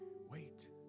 wait